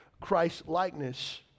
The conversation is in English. Christ-likeness